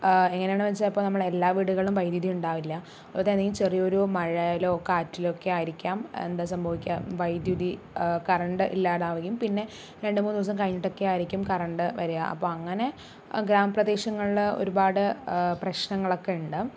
എങ്ങനെയാണ് വെച്ചാൽ ഇപ്പോൾ നമ്മൾ എല്ലാ വീടുകളും വൈദ്യുതി ഉണ്ടാവില്ല അതുപോലെ തന്നെ ചെറിയൊരു മഴയിലോ കാറ്റിലൊക്കെ ആയിരിക്കാം എന്താ സംഭവിക്കുക വൈദ്യുതി കറണ്ട് ഇല്ലാതാവുകയും പിന്നെ രണ്ടു മൂന്നു ദിവസം കഴിഞ്ഞിട്ടൊക്കെയായിരിക്കും കറണ്ട് വരുക അപ്പോൾ അങ്ങനെ ഗ്രാമപ്രദേശങ്ങളില് ഒരുപാട് പ്രശ്നങ്ങളൊക്കെ ഉണ്ട്